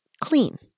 clean